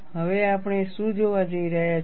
હવે આપણે શું જોવા જઈ રહ્યા છીએ